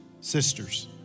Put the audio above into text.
sisters